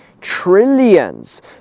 trillions